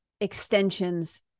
extensions